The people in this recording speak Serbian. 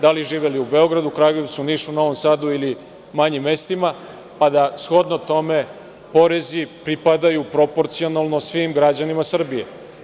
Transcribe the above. Da li živeli u Beogradu, Kragujevcu, Nišu, Novom Sadu ili manjim mestima, pa da shodno tome porezi pripadaju proporcijalno svim građanima Srbije.